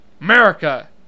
America